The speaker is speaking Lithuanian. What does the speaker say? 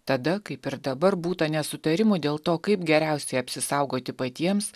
tada kaip ir dabar būta nesutarimų dėl to kaip geriausiai apsisaugoti patiems